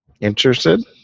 Interested